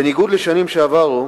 בניגוד לשנים עברו,